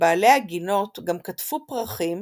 בעלי הגינות גם קטפו פרחים